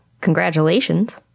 Congratulations